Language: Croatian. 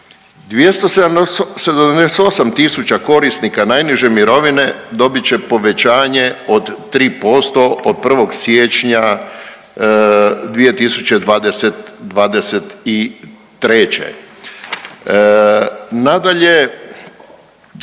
278000 korisnika najniže mirovine dobit će povećanje od 3% od 1. siječnja 2023.